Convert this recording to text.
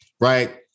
Right